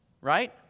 right